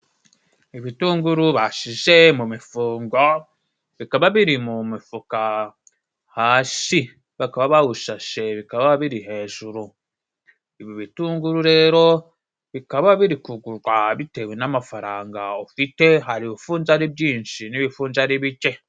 Ibitunguru bashize mu mifugo bikaba biri mu mifuka hasi, bakaba bawushashe bikaba biri hejuru ibi bitunguru rero bikaba biri kugurwa bitewe n'amafaranga ufite hari ibifunze ari byinshi n'ibifunze ari bike.